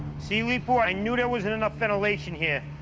see, leepu, i knew there wasn't enough ventilation here.